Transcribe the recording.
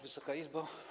Wysoka Izbo!